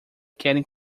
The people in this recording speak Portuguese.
querem